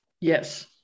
Yes